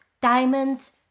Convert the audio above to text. diamonds